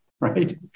right